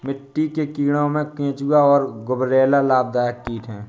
मिट्टी के कीड़ों में केंचुआ और गुबरैला लाभदायक कीट हैं